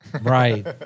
Right